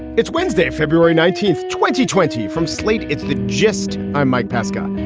it's wednesday, february nineteenth, twenty twenty from slate. it's the gist. i'm mike pesca.